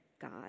God